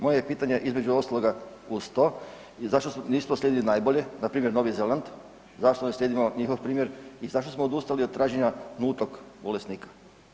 Moje pitanje je, između ostaloga uz to i zašto nismo slijedili najbolje, npr. Novi Zeland, zašto ne slijedimo njihov primjer i zašto smo odustali od traženja nultog bolesnika?